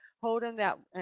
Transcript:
holding that in,